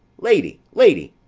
lady! lady!